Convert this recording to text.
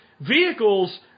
vehicles